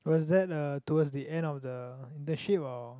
was that uh towards the end of the internship or